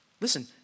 Listen